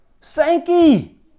Sankey